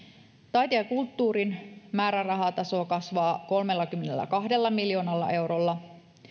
taiteen ja kulttuurin määrärahataso kasvaa kolmellakymmenelläkahdella miljoonalla eurolla